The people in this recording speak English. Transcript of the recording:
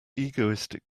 egoistic